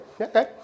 Okay